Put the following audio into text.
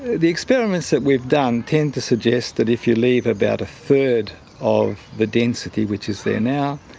the experiments that we've done tend to suggest that if you leave about a third of the density which is there now,